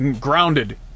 grounded